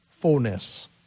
fullness